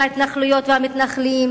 של ההתנחלויות והמתנחלים,